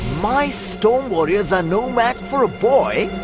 my storm warriors are no match for a boy?